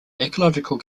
ecological